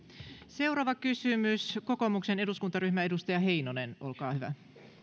seuraava kysymys kokoomuksen eduskuntaryhmä edustaja heinonen olkaa hyvä